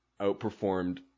outperformed